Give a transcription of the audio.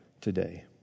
today